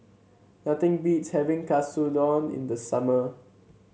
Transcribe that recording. nothing beats having Katsudon in the summer